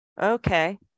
Okay